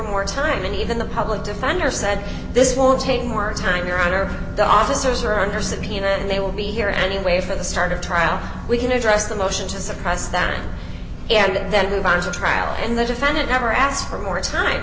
more time and even the public defender said this won't take more time your honor the officers are under subpoena and they will be here anyway for the start of trial we can address the motion to suppress that and then move on to trial and the defendant never asked for more time